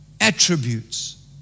attributes